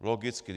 Logicky.